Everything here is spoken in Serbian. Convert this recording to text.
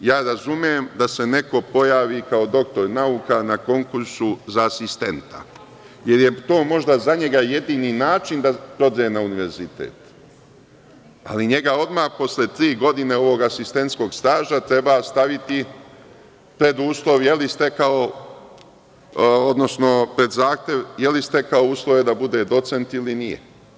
Ja razumem da se neko pojavi kao doktor nauka na konkursu za asistenta, jer je to možda za njega jedini način da dođe na univerzitet, ali njega odmah posle tri godine ovog asistentskog staža treba staviti pred zahtev da li je stekao uslove da bude docent ili nije.